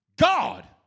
God